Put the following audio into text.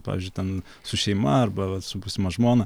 pavyzdžiui ten su šeima arba su būsima žmona